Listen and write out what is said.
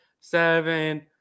seven